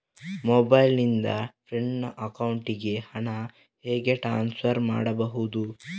Mobile ನಿಂದ friend ಅಕೌಂಟಿಗೆ ಹಣ ಹೇಗೆ ಟ್ರಾನ್ಸ್ಫರ್ ಮಾಡುವುದು?